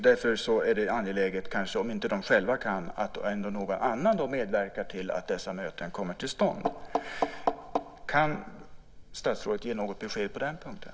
Därför är det angeläget, om inte de själva kan, att någon annan medverkar till att dessa möten kommer till stånd. Kan statsrådet ge något besked på den punkten?